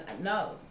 No